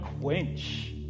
quench